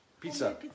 Pizza